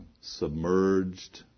submerged